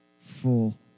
full